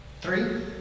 three